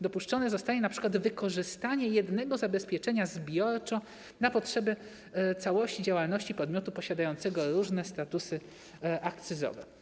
Dopuszczone zostanie np. wykorzystanie jednego zabezpieczenia zbiorczo na potrzeby całości działalności podmiotu posiadającego różne statusy akcyzowe.